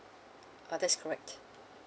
uh that's correct